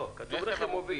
לא, כתוב רכב מוביל.